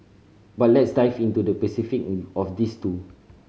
but let's dive into the specific in of these two